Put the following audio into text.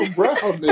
brown